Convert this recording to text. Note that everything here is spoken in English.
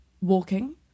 walking